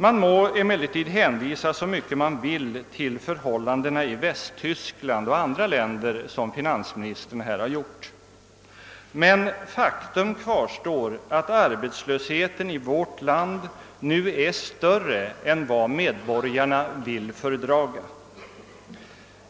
Man må hänvisa så mycket man vill till förhållandena i Västtyskland och andra länder, såsom finansministern här har gjort, men faktum kvarstår att arbetslösheten i vårt land nu är större än vad medborgarna vill fördraga.